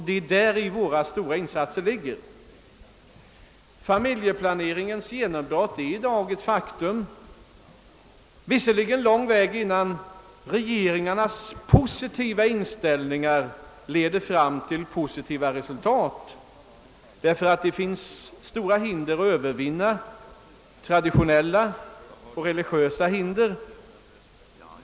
Det är däri som våra stora insatser ligger. Familjeplaneringens genombrott är i dag ett faktum. Visserligen är vägen lång innan regeringarnas positiva inställningar leder fram till positiva resultat, ty det finns stora hinder att övervinna — traditionella och religiösa.